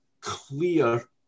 clear